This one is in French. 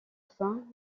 fin